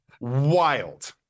wild